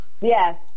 yes